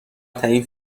ترین